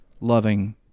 loving